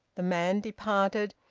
the man departed,